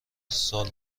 سال